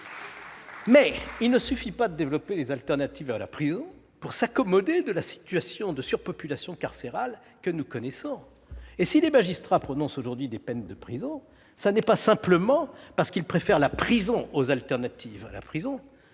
il ne suffit pas de développer les alternatives à la prison pour s'accommoder de la situation de surpopulation carcérale que nous connaissons. Si les magistrats prononcent aujourd'hui des peines de prison, ce n'est pas simplement parce qu'ils préfèrent la prison c'est aussi parce